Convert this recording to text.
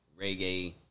reggae